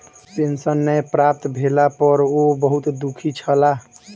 pension नै प्राप्त भेला पर ओ बहुत दुःखी छला